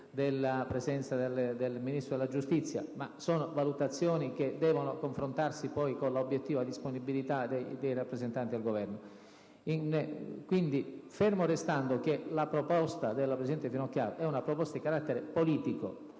della presenza del Ministro della giustizia, ma sono valutazioni che devono confrontarsi poi con l'obiettiva disponibilità dei rappresentanti del Governo. Fermo restando che quella della presidente Finocchiaro è una proposta di carattere politico,